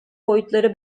boyutları